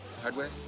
Hardware